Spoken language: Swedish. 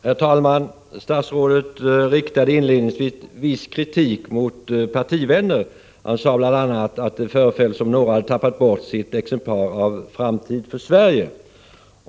Herr talman! Statsrådet riktade inledningsvis kritik mot partivänner. Han sade bl.a. att det föreföll som att någon har tappat bort sitt exemplar av Framtid för Sverige.